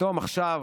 ופתאום עכשיו,